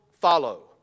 Follow